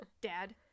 dad